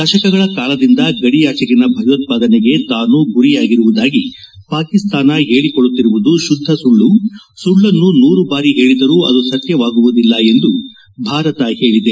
ದಶಕಗಳ ಕಾಲದಿಂದ ಗಡಿಯಾಚೆಗಿನ ಭಯೋತ್ಪಾದನೆಗೆ ತಾನು ಗುರಿಯಾಗಿರುವುದಾಗಿ ಪಾಕಿಸ್ತಾನ ಹೇಳಿಕೊಳ್ಳುತ್ತಿರುವುದು ಶುದ್ದ ಸುಳ್ಳು ಸುಳ್ಳನ್ನು ನೂರು ಬಾರಿ ಹೇಳಿದರೂ ಅದು ಸತ್ಯವಾಗುವುದಿಲ್ಲ ಎಂದು ಭಾರತ ಹೇಳಿದೆ